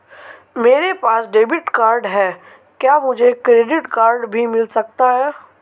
मेरे पास debit card है क्या मुझे क्रेडिट कार्ड भी मिल सकता है?